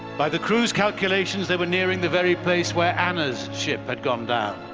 by the crew's calculations they were nearing the very place where anna's ship had gone dow,